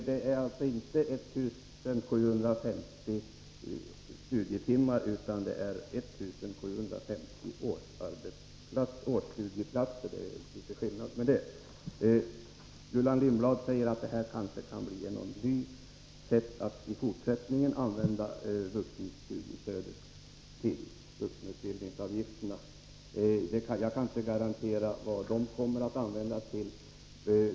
Herr talman! Det gäller inte 1 750 studiestödstimmar, utan 1 750 årsstudieplatser. Det är litet skillnad på det. Gullan Lindblad säger att vårt förslag kanske kan bli ett nytt sätt att i fortsättningen använda vuxenutbildningsavgifterna. Jag kan inte garantera vad de kommer att användas till.